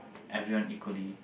everyone equally